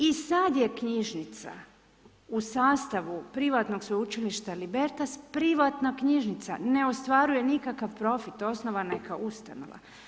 I sad je knjižnica u sastavu privatnog sveučilišta Libertas, privatna knjižnica, ne ostvaruje nikakav profit, osnovana je kao ustanova.